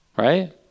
Right